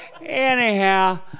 Anyhow